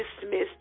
dismissed